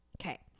Okay